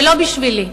ולא בשבילי,